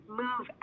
move